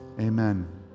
Amen